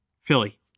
Philly